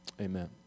amen